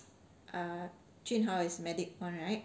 jun hao is medic [one] right